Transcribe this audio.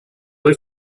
aux